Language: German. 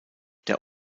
der